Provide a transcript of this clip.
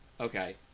okay